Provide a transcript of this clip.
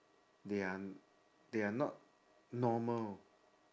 they are they are not normal